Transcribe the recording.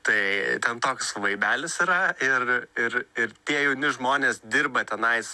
tai ten toks vaibelis yra ir ir ir tie jauni žmonės dirba tenais